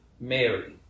Mary